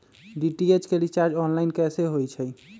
DTH के recharge online कैसे होईछई?